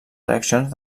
reaccions